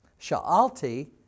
Sha'alti